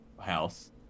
house